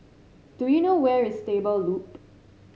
do you know where is Stable Loop